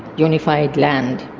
unified land.